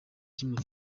kimwe